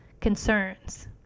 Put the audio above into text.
concerns